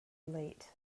late